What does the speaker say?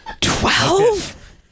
twelve